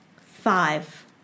Five